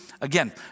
Again